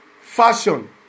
fashion